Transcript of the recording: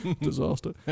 disaster